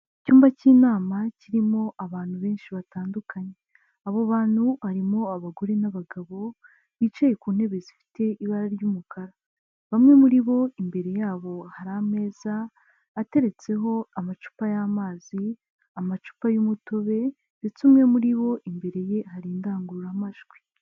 Icyumba cy'inama kirimo abantu benshi batandukanye, abo bantu harimo abagore n'abagabo bicaye ku ntebe zifite ibara ry'umukara, bamwe muri bo imbere yabo hari ameza ateretseho amacupa y'amazi, amacupa y'umutobe ndetse umwe muri bo imbere ye hari indangururamajwi.